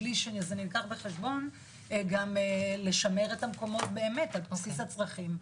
בלי שזה נלקח בחשבון גם לשמר את המקומות באמת על בסיס הצרכים,